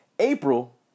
April